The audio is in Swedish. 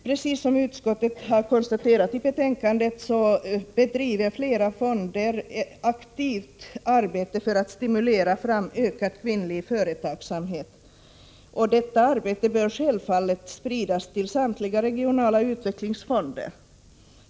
Precis som utskottet konstaterat bedriver flera fonder ett aktivt arbete för att stimulera ökad kvinnlig företagsamhet. Detta arbete bör självfallet spridas till samtliga regionala utvecklingsfonder.